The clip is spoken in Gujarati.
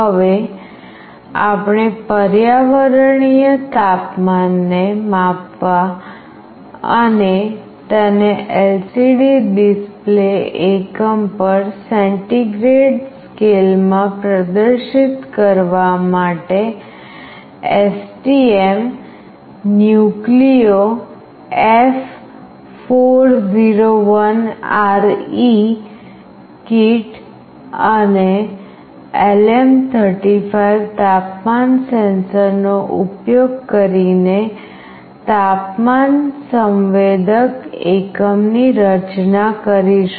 હવે આપણે પર્યાવરણીય તાપમાનને માપવા અને તેને LCD ડિસ્પ્લે એકમ પર સેન્ટીગ્રેડ સ્કેલમાં પ્રદર્શિત કરવા માટે STM Nucleo F401RE કીટ અને LM35 તાપમાન સેન્સરનો ઉપયોગ કરીને તાપમાન સંવેદક એકમની રચના કરીશું